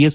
S